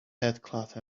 headcloth